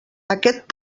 aquest